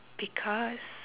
because